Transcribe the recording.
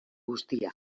guztia